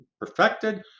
perfected